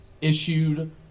issued